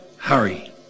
hurry